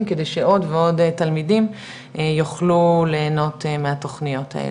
כדי שעוד ועוד תלמידים יוכלו ליהנות מהתוכניות האלה,